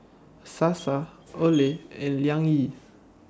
Sasa Olay and Liang Yi